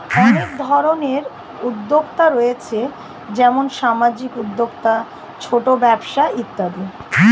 অনেক ধরনের উদ্যোক্তা রয়েছে যেমন সামাজিক উদ্যোক্তা, ছোট ব্যবসা ইত্যাদি